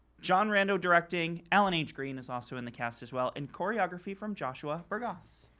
john rando directing ellen h. green is also in the cast as well, and choreography from joshua burgas.